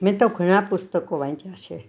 મેં તો ઘણા પુસ્તકો વાંચ્યાં છે